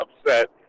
upset